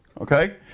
Okay